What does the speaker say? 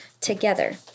together